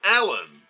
Alan